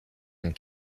and